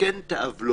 לתקן את העוולות